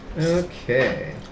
Okay